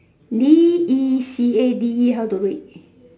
D E C A D E how to read